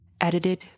Edited